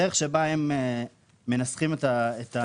הדרך שבה הם מנסחים את התקנות.